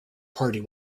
party